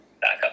backup